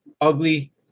ugly